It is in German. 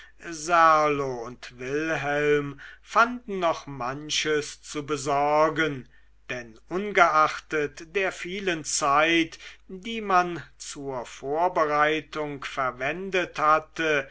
serlo und wilhelm fanden noch manches zu besorgen denn ungeachtet der vielen zeit die man zur vorbereitung verwendet hatte